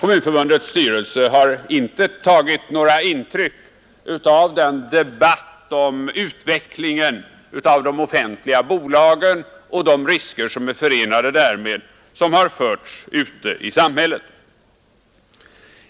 Kommunförbundets styrelse har inte tagit några intryck av den debatt om utvecklingen av de offentliga bolagen och de därmed förenade riskerna som förts ute i samhället.